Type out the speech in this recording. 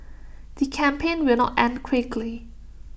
the campaign will not end quickly